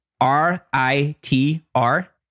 R-I-T-R